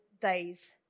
days